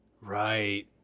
Right